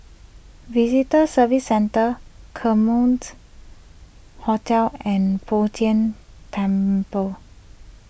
Visitor Services Centre Hotel and Bo Tien Temple